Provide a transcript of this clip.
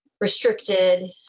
restricted